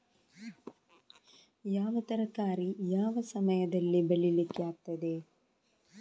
ಯಾವ ತರಕಾರಿ ಯಾವ ಸಮಯದಲ್ಲಿ ಬೆಳಿಲಿಕ್ಕೆ ಆಗ್ತದೆ?